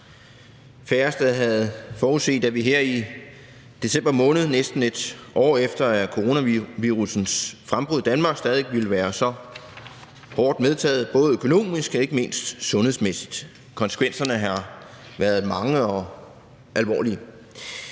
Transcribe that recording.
færreste havde forudset, at vi her i december måned – næsten et år efter coronavirussens frembrud i Danmark – stadig ville være så hårdt medtaget, både økonomisk, men ikke mindst sundhedsmæssigt. Konsekvenserne har været mange og alvorlige.